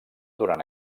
durant